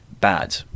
bad